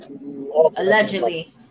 Allegedly